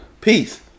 Peace